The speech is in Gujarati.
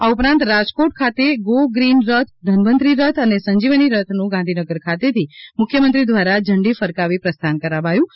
આ ઉપરાંત રાજકોટ ખાતે ગો ગ્રીન રથ ધન્વંતરી રથ અને સંજીવની રથનું ગાંધીનગર ખાતેથી મુખ્યમંત્રી દ્વારા ઝંડી ફરકાવી પ્રસ્થાન કરાવાયું હતું